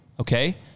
okay